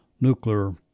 nuclear